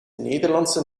nederlandse